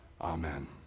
Amen